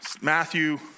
Matthew